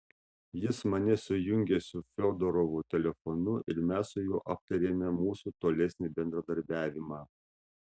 jis mane sujungė su fiodorovu telefonu ir mes su juo aptarėme mūsų tolesnį bendradarbiavimą